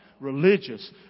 religious